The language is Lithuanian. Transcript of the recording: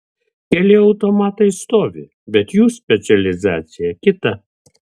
keli automatai stovi bet jų specializacija kita